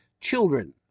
children